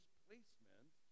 placement